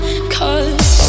Cause